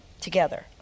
Together